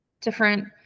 different